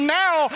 now